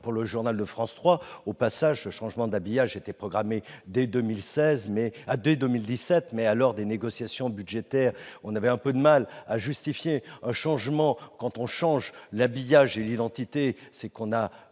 pour le journal de France 3. Au passage, ce changement d'habillage était programmé dès 2017, mais, à l'heure des négociations budgétaires, on avait un peu de mal à justifier un tel changement : changer l'habillage et l'identité suppose